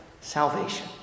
salvation